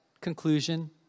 conclusion